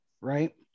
Right